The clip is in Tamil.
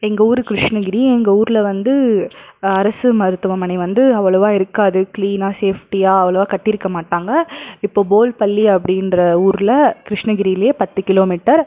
எங்கள் ஊரு கிருஷ்ணகிரி எங்கள் ஊரில் வந்து அரசு மருத்துவமனை வந்து அவ்வளோவா இருக்காது க்ளீன்னாக சேஃப்டியா அவ்வளோவா கட்டிருக்க மாட்டாங்கள் இப்போது போல்பள்ளி அப்படின்ற ஊரில் கிருஷ்ணகிரிலேயே பத்து கிலோமீட்டர்